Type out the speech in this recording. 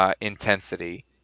Intensity